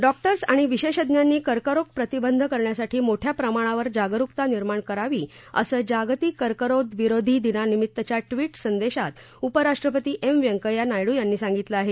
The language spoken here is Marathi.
डॉक्टर्स आणि विशेषज्ञांनी कर्करोग प्रतिबंध करण्यासाठी मोठ्या प्रमाणावर जागरुकता निर्माण करावी असं जागतिक कर्करोग विरोधी दिनानिमित्तच्या ट्विट संदेशात उपराष्ट्रपती एम व्यंकय्या नायडू यांनी सांगितलं आहे